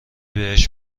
بهش